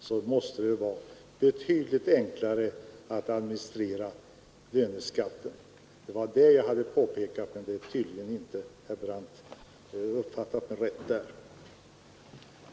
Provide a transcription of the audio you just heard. Och det måste vara betydligt enklare att administrera löneskatten. Det var vad jag påpekade. Men det missuppfattade tydligen herr Brandt.